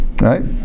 Right